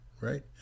right